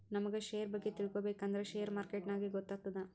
ನಮುಗ್ ಶೇರ್ ಬಗ್ಗೆ ತಿಳ್ಕೋಬೇಕು ಅಂದ್ರ ಶೇರ್ ಮಾರ್ಕೆಟ್ ನಾಗೆ ಗೊತ್ತಾತ್ತುದ